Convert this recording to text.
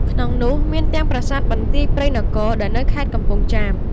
ក្នុងនោះ មានទាំងប្រាសាទបន្ទាយព្រៃនគរ ដែលនៅខេត្តកំពង់ចាម។